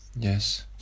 Yes